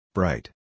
Bright